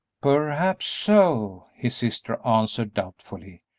perhaps so, his sister answered, doubtfully,